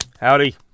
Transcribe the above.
Howdy